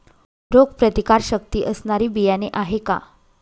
रोगप्रतिकारशक्ती असणारी बियाणे आहे का?